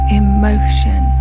emotion